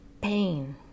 pain